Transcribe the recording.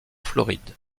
floride